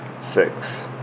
six